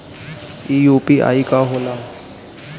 ई यू.पी.आई का होला?